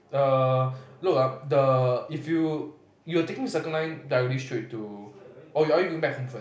err no a the if you you are taking Circle-Line directly straight to or are you going back home first